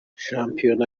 shampiona